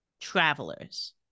Travelers